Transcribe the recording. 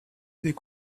des